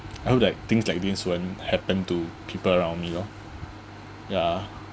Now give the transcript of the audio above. I hope that things like this won't happen to people around me lor ya